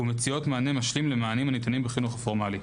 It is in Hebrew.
ומציעות מענה משלים למענים הניתנים בחינוך הפורמלי.